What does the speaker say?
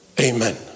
Amen